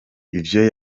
ivyo